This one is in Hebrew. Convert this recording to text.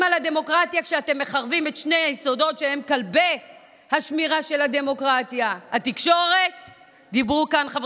קודם